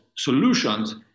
solutions